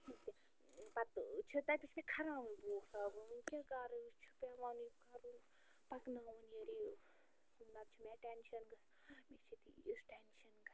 کِہیٖنٛۍ تہِ پَتہِ چھِ تتہِ چھِ مےٚ کھران وۅنۍ بوٗٹھ لاگُن وۄنۍ کیٛاہ کَرٕ یہِ چھُ پٮ۪وانٕے کَرُن پَکناوُن یہِ رِ نَتہٕ چھُ مےٚ ٹٮ۪نشَن گژھان مےٚ چھِ تیٖژ ٹٮ۪نشَن گَژھان